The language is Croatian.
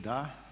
Da.